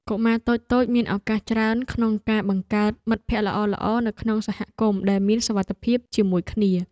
កុមារតូចៗមានឱកាសច្រើនក្នុងការបង្កើតមិត្តភក្តិល្អៗនៅក្នុងសហគមន៍ដែលមានសុវត្ថិភាពជាមួយគ្នា។